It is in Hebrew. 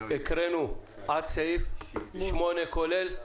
הקראנו עד סעיף 8 כולל.